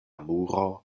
muro